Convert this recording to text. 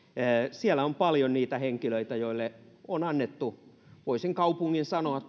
siellä on paljon niitä henkilöitä joille on annettu voisin sanoa